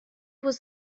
was